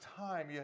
time